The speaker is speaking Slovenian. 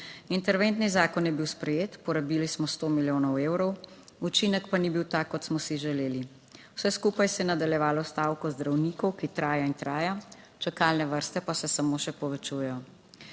Interventni zakon je bil sprejet, porabili smo sto milijonov evrov, učinek pa ni bil tak, kot smo si želeli. Vse skupaj se je nadaljevalo s stavko zdravnikov, ki traja in traja, čakalne vrste pa se samo še povečujejo.